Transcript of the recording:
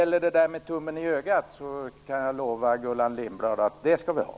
Jag kan lova Gullan Lindblad att vi skall hålla tummen på ögat på regeringen.